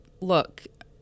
look